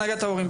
ההורים.